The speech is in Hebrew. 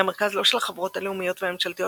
היא המרכז לא של החברות הלאומיות והממשלתיות